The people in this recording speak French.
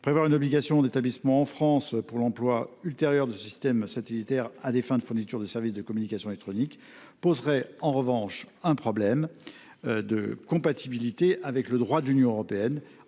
Prévoir une obligation d’établissement en France pour l’emploi ultérieur de systèmes satellitaires à des fins de fourniture de services de communication électronique poserait en revanche un problème de compatibilité avec le droit de l’Union européenne,